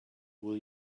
will